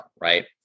right